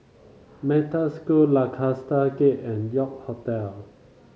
Metta School Lancaster Gate and York Hotel